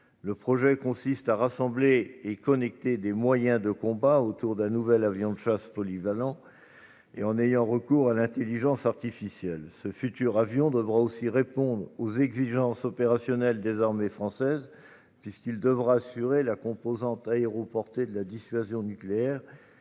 Le projet consiste à rassembler et à connecter des moyens de combat autour d'un nouvel avion de chasse polyvalent et en ayant recours à l'intelligence artificielle. Ce futur avion devra aussi répondre aux exigences opérationnelles des armées françaises, puisqu'il devra assurer la composante aéroportée de la dissuasion nucléaire